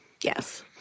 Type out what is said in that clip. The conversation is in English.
Yes